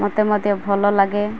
ମୋତେ ମୋତେ ଭଲ ଲାଗେ